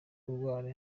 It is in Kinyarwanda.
kurwara